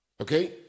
Okay